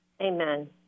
Amen